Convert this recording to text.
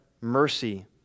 mercy